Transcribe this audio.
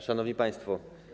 Szanowni Państwo!